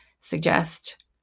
suggest